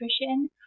nutrition